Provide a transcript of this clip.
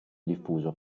diffuso